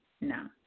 no